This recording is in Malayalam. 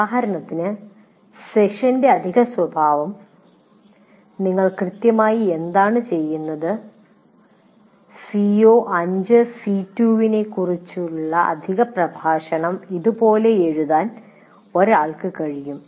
ഉദാഹരണത്തിന് സെഷന്റെ അധിക സ്വഭാവം നിങ്ങൾ കൃത്യമായി എന്താണ് ചെയ്യുന്നത് CO5 C2 നെക്കുറിച്ചുള്ള അധിക പ്രഭാഷണം ഇതുപോലെ എഴുതാൻ ഒരാൾക്ക് കഴിയും